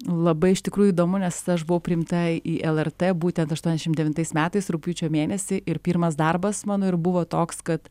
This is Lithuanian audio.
labai iš tikrųjų įdomu nes aš buvau priimta į lrt būtent aštuoniasdešimt devintais metais rugpjūčio mėnesį ir pirmas darbas mano ir buvo toks kad